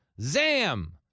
Zam